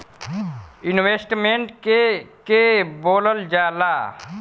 Investment के के बोलल जा ला?